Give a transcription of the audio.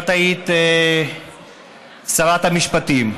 את היית שרת המשפטים.